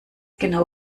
genau